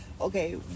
okay